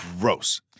gross